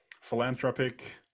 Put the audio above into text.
philanthropic